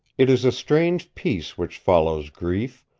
it is a strange peace which follows grief,